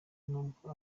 nubwo